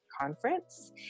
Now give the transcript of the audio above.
conference